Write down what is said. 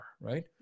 right